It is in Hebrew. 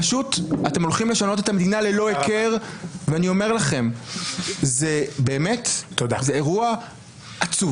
אתם הולכים לשנות את המדינה ללא הכר ואני אומר לכם שזה אירוע עצוב.